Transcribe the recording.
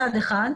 מצד אחד.